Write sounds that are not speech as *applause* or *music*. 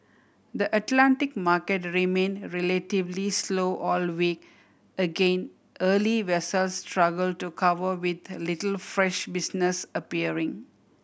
the Atlantic market remained relatively slow all week again early vessels struggle to cover with *unintelligible* little fresh business appearing